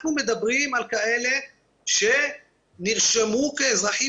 אנחנו מדברים על כאלה שנרשמו כאזרחים